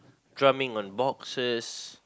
drumming on boxes